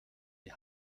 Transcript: die